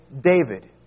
David